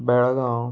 Belgaum